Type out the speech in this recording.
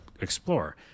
explore